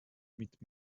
mit